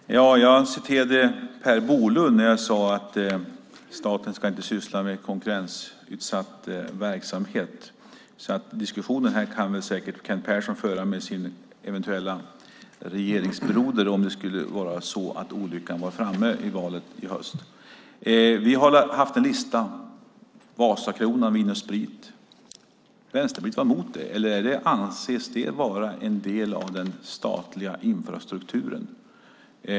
Herr talman! Jag citerade Per Bolund när jag sade att staten inte ska syssla med konkurrensutsatt verksamhet. Diskussionen kan Kent Persson säkert föra med sin eventuella regeringsbroder om olyckan skulle vara framme efter valet i höst. Vi har haft en lista: Vasakronan, Vin & Sprit. Vänsterpartiet var emot det. Eller anses det vara en del av den statliga infrastrukturen?